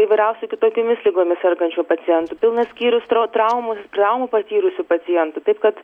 įvairiausių kitokiomis ligomis sergančių pacientų pilnas skyrius tro traumų traumų patyrusių pacientų taip kad